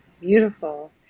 Beautiful